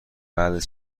بعد